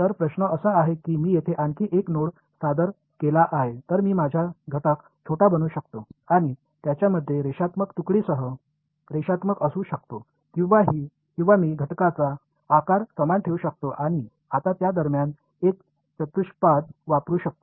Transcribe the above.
तर प्रश्न असा आहे की मी येथे आणखी एक नोड सादर केला आहे तर मी माझा घटक छोटा बनवू शकतो आणि त्यांच्यामध्ये रेषात्मक तुकडीसह रेषात्मक असू शकतो किंवा मी घटकांचा आकार समान ठेवू शकतो आणि आता त्या दरम्यान एक चतुष्पाद वापरु शकतो